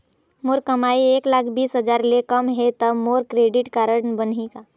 मोर कमाई एक लाख बीस हजार ले कम हे त मोर क्रेडिट कारड बनही का?